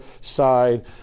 side